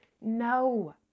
No